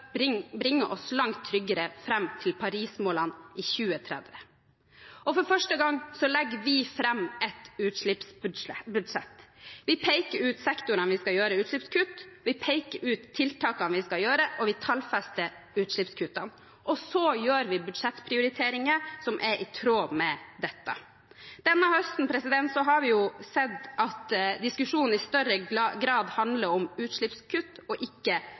oss langt tryggere fram til Paris-målene i 2030. For første gang legger vi fram et utslippsbudsjett. Vi peker ut sektorene der vi skal gjøre utslippskutt, vi peker ut tiltakene vi skal gjøre, og vi tallfester utslippskuttene. Så gjør vi budsjettprioriteringer som er i tråd med dette. Denne høsten har vi sett at diskusjonen i større grad handler om utslippskutt og ikke